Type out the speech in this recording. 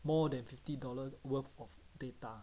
more than fifty dollar worth of data